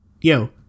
yo